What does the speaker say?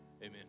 Amen